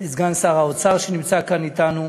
את סגן שר האוצר, שנמצא כאן אתנו.